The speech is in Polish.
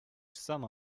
sama